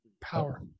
power